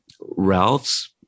Ralph's